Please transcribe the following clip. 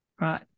right